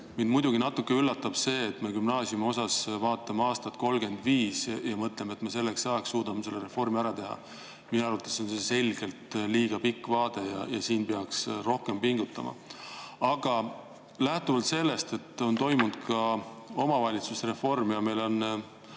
Mind muidugi natuke üllatab see, et gümnaasiumiosas vaatame aastat 2035 ja mõtleme, et me selleks ajaks suudame selle reformi ära teha. Minu arvates see on selgelt liiga pikk vaade, siin peaks rohkem pingutama. Aga lähtuvalt sellest, et on toimunud omavalitsusreform ja meil on